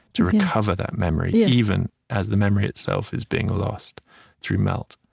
to recover that memory, even as the memory itself is being lost through melt